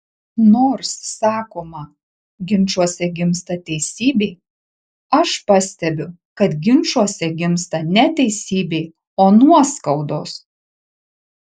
nors sakoma ginčuose gimsta teisybė aš pastebiu kad ginčuose gimsta ne teisybė o nuoskaudos